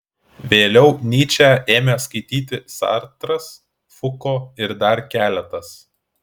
vėliau nyčę ėmė skaityti sartras fuko ir dar keletas